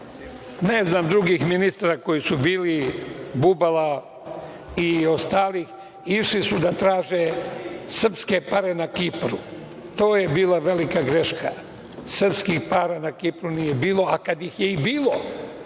ne znam, drugih ministara koji su bili, Bubala i ostalih, išli su da traže srpske pare na Kipru. To je bila velika greška. Srpskih para na Kipru nije bilo, a kada ih je i bilo,